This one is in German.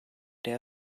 der